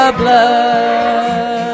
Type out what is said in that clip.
blood